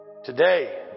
Today